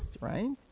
Right